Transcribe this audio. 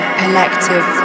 collective